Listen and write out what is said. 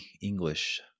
English